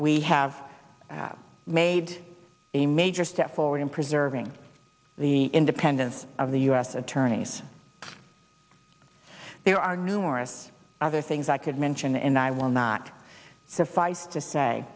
we have made a major step forward in preserving the independence of the u s attorneys there are numerous other things i could mention and i will not suffice to say